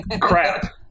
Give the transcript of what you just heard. Crap